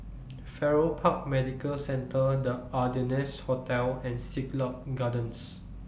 Farrer Park Medical Centre The Ardennes Hotel and Siglap Gardens